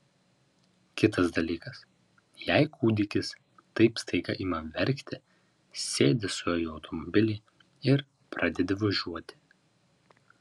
kitas dalykas jei kūdikis taip staiga ima verkti sėdi su juo į automobilį ir pradedi važiuoti